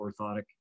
orthotic